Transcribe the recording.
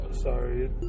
sorry